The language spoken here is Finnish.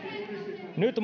nyt